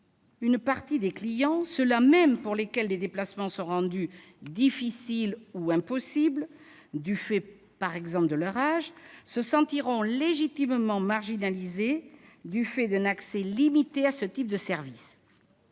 une partie des clients, ceux-là mêmes pour lesquels les déplacements sont rendus difficiles ou impossibles du fait de leur âge, par exemple, se sentiront légitimement marginalisés en raison d'un accès limité à ce type de service.